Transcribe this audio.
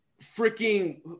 freaking